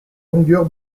longueur